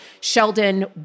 Sheldon